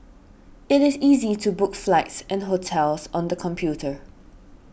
it is easy to book flights and hotels on the computer